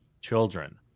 children